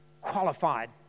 qualified